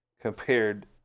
compared